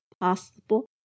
possible